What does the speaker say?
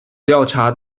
调查